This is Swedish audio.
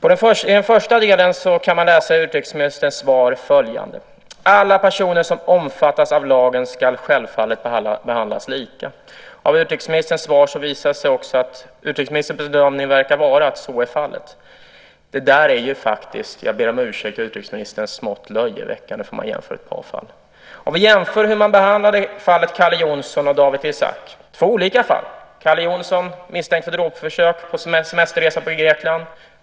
I den första delen kan man i utrikesministerns svar läsa följande: Alla personer som omfattas av lagen ska självfallet behandlas lika. Utrikesministerns svar visar också att utrikesministerns bedömning verkar vara att så är fallet. Det där är faktiskt - jag ber om ursäkt, utrikesministern - smått löjeväckande. Låt oss se hur man behandlar fallen Calle Jonsson och Dawit Isaak. Det är två olika fall. Calle Jonsson misstänks för dråpförsök på en semesterresa i Grekland.